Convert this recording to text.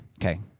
Okay